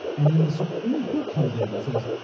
and then the supreme court comes in and says,